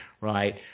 right